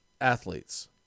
athletes